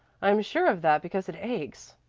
i'm sure of that because it aches.